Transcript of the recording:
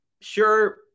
Sure